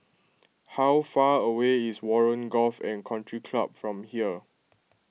how far away is Warren Golf and Country Club from here